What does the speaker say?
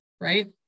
right